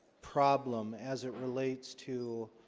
problem as it relates to